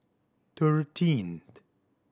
thirteen